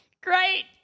Great